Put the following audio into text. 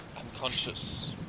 unconscious